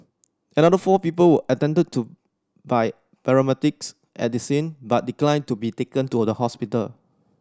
another four people were attended to by paramedics at the scene but declined to be taken to the hospital